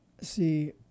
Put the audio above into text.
See